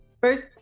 First